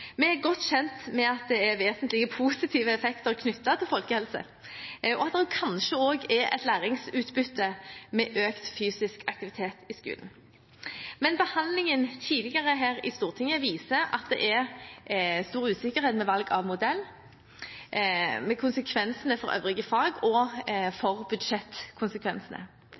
Vi er godt kjent med at det er vesentlige positive effekter knyttet til folkehelse, og at man kanskje også har læringsutbytte av økt fysisk aktivitet i skolen, men behandlingen tidligere her i Stortinget viser at det er stor usikkerhet ved valg av modell, ved konsekvensene for øvrige fag og om budsjettkonsekvensene. En gradvis innføring, som dette representantforslaget tar til orde for,